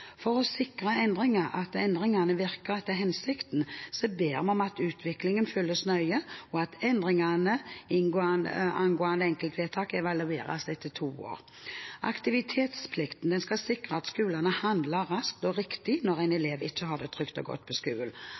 For å sikre at endringene virker etter hensikten, ber vi om at utviklingen følges nøye, og at endringene angående enkeltvedtak evalueres etter to år. Aktivitetsplikten skal sikre at skolene handler raskt og riktig når en elev ikke har det trygt og godt på